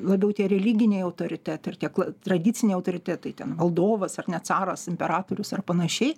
labiau tie religiniai autoritetai ar tie tradiciniai autoritetai ten valdovas ar ne caras imperatorius ar panašiai